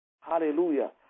Hallelujah